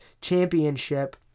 Championship